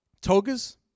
togas